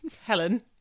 Helen